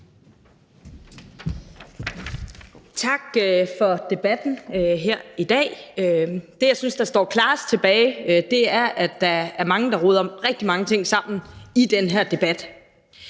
Tak for debatten her i dag. Det, jeg synes står klarest tilbage, er, at der er mange, der roder rigtig mange ting sammen i den her debat.